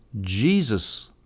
Jesus